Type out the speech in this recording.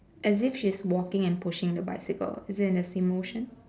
as if she's walking and pushing the bicycle is it in the same motion